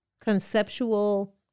conceptual